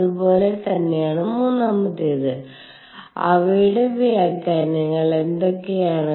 അതുപോലയ തന്നെ ആണ് മൂന്നാമത്തേത് അവയുടെ വ്യാഖ്യാനങ്ങൾ എന്തൊക്കെയാണ്